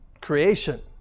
creation